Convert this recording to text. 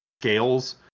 scales